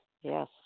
Yes